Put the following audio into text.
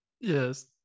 Yes